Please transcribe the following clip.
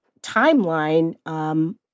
timeline